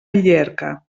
llierca